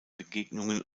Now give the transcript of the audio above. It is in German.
begegnungen